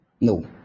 No